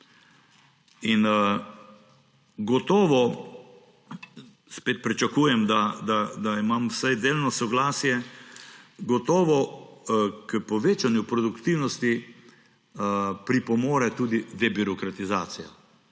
In gotovo – spet pričakujem, da imam vsaj delno soglasje –, gotovo k povečanju produktivnosti pripomore tudi debirokratizacija,